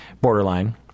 borderline